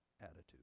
attitude